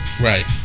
right